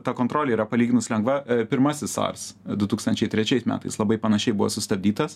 ta kontrolė yra palyginus lengva pirmasis sars du tūkstančiai trečiais metais labai panašiai buvo sustabdytas